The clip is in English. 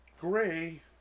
gray